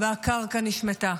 והקרקע נשמטה.